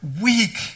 weak